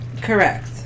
Correct